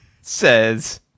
says